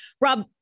Rob